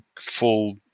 full